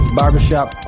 barbershop